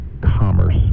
commerce